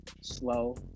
slow